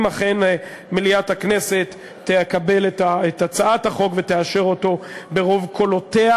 אם אכן מליאת הכנסת תקבל את הצעת החוק ותאשר אותה ברוב קולותיה.